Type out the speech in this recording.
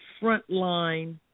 Frontline